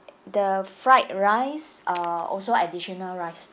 the fried rice uh also additional rice